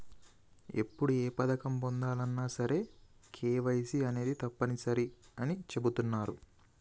ఇప్పుడు ఏ పథకం పొందాలన్నా సరే కేవైసీ అనేది తప్పనిసరి అని చెబుతున్నరు